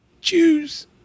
choose